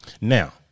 Now